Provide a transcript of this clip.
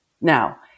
now